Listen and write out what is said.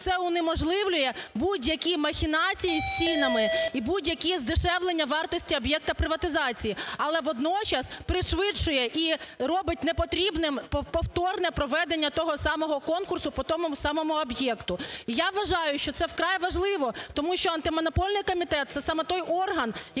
Це унеможливлює будь-яку махінації з цінами і будь-які здешевлення вартості об'єкта приватизації, але водночас пришвидшує і робить непотрібним повторне проведення того ж самого конкурсу по тому ж самому об'єкту. Я вважаю, що це вкрай важливо, тому що Антимонопольний комітет – це саме той орган, який